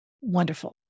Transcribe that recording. wonderful